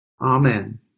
Amen